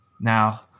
Now